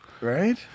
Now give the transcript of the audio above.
right